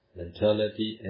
mentality